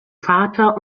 vater